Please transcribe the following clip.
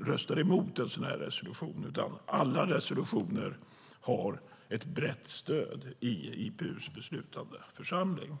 röstar emot en sådan här resolution, utan alla resolutioner har ett brett stöd i IPU:s beslutande församling.